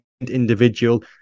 individual